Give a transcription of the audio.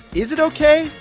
is it ok?